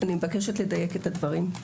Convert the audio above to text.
אני מבקשת לדייק את הדברים.